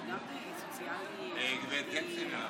שהקואליציה ביקשה הצבעה שמית,